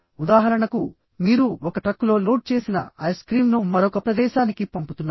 ఉదాహరణకుమీరు ఒక ట్రక్కులో లోడ్ చేసిన ఐస్ క్రీంను మరొక ప్రదేశానికి పంపుతున్నారు